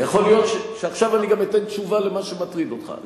יכול להיות שעכשיו אני אתן תשובה גם על מה שמטריד אותך.